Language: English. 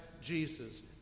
Jesus